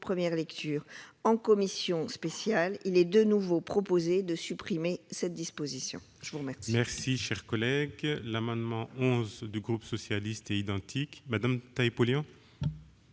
première lecture et en commission spéciale, il est de nouveau proposé de supprimer cette disposition. La parole